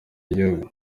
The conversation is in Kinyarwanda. y’igihugu